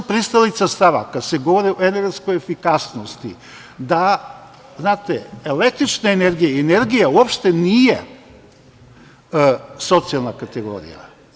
Pristalica sam stava, kada se govori o energetskoj efikasnosti, da električna energija i energija uopšte nije socijalna kategorija.